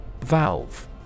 Valve